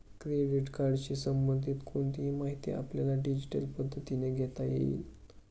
credit कार्डशी संबंधित कोणतीही माहिती आपल्याला डिजिटल पद्धतीने घेता येईल